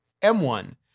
M1